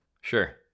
Sure